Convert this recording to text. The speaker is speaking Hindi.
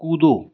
कूदो